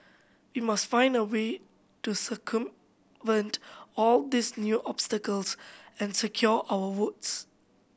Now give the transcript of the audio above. we must find a way to circumvent all these new obstacles and secure our votes